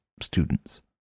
students